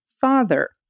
father